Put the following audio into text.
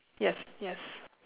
yes yes